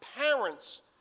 parents